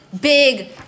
big